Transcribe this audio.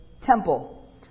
temple